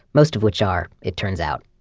most of which are, it turns out,